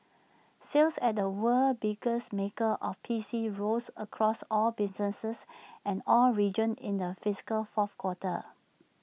sales at the world's biggest maker of PCs rose across all businesses and all regions in the fiscal fourth quarter